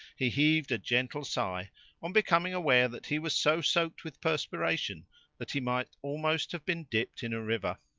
he heaved a gentle sigh on becoming aware that he was so soaked with perspiration that he might almost have been dipped in a river.